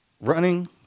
running